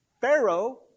Pharaoh